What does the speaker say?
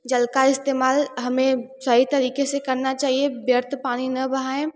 जल का इस्तेमाल हमें सही तरीके से करना चाहिए व्यर्थ पानी न बहाएँ